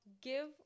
give